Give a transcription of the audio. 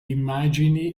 immagini